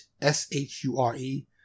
S-H-U-R-E